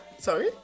Sorry